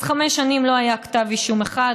אז חמש שנים לא היה כתב אישום אחד,